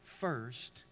first